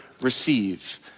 receive